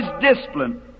discipline